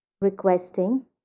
requesting